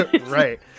Right